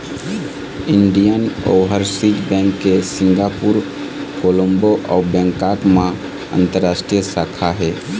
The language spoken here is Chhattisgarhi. इंडियन ओवरसीज़ बेंक के सिंगापुर, कोलंबो अउ बैंकॉक म अंतररास्टीय शाखा हे